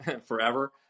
forever